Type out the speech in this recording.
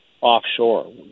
offshore